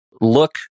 look